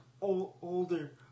older